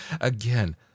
again